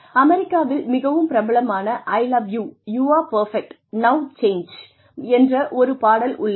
அமெரிக்காவில் மிகவும் பிரபலமான 'I love you you are perfect now change' என்ற ஒரு பாடல் உள்ளது